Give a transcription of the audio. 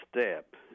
step